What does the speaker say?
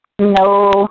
No